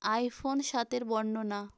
iPhone সাতের বর্ণনা